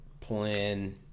plan